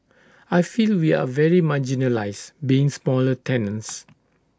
I feel we are very marginalised being smaller tenants